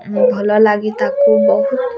ଭଲ ଲାଗେ ତାକୁ ବହୁତ